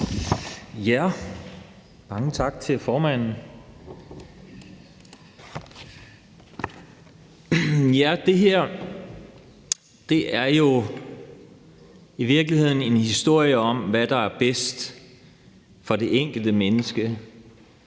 (V): Mange tak til formanden. Det her er jo i virkeligheden en historie om, hvad der er bedst for det enkelte menneske,